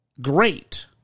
great